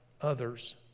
others